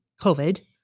COVID